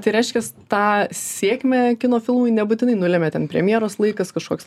tai reiškia tą sėkmę kino filmui nebūtinai nulemė ten premjeros laikas kažkoks